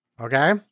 Okay